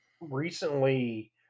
recently